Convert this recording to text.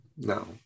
no